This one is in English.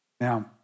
Now